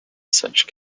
such